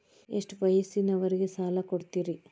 ಎಷ್ಟ ವಯಸ್ಸಿನವರಿಗೆ ಸಾಲ ಕೊಡ್ತಿರಿ?